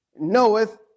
knoweth